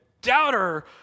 doubter